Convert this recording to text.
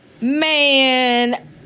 Man